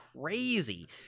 crazy